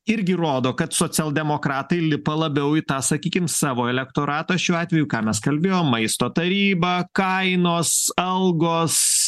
irgi rodo kad socialdemokratai lipa labiau į tą sakykim savo elektoratą šiuo atveju ką mes kalbėjom maisto taryba kainos algos